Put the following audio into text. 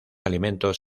alimentos